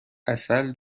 عسل